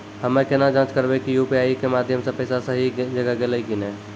हम्मय केना जाँच करबै की यु.पी.आई के माध्यम से पैसा सही जगह गेलै की नैय?